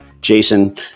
Jason